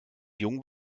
jung